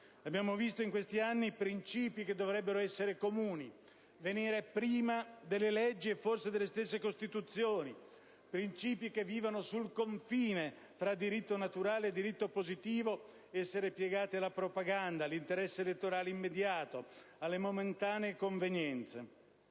Abbiamo visto in questi anni principi, che dovrebbero essere comuni, venire prima delle leggi e forse delle stesse Costituzioni; principi che vivono sul confine tra diritto naturale e diritto positivo essere piegati alla propaganda, all'interesse elettorale immediato, alle momentanee convenienze.